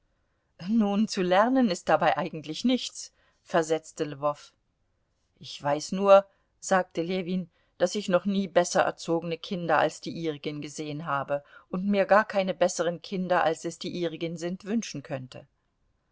nun zu lernen ist dabei eigentlich nichts versetzte lwow ich weiß nur sagte ljewin daß ich noch nie besser erzogene kinder als die ihrigen gesehen habe und mir gar keine besseren kinder als es die ihrigen sind wünschen könnte